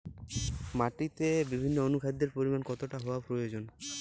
মাটিতে বিভিন্ন অনুখাদ্যের পরিমাণ কতটা হওয়া প্রয়োজন?